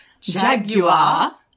Jaguar